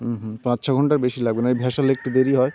হুম হুম পাঁচ ছ ঘণ্টার বেশি লাগবে না ওই ভ্যাসেলে একটু দেরি হয়